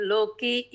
Loki